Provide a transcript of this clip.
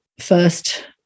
first